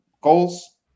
goals